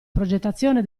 progettazione